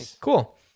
cool